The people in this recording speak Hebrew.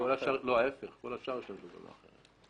להיפך, כל השאר השתמשו במאכערים.